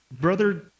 Brother